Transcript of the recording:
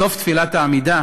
בסוף תפילת העמידה